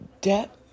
debt